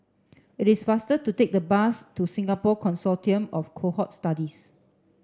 it is faster to take the bus to Singapore Consortium of Cohort Studies